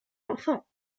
enfants